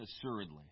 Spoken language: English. assuredly